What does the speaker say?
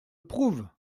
prouve